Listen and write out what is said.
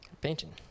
Painting